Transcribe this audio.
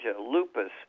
lupus